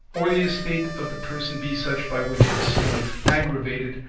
or the estate of the person be such by which his sin is aggravated,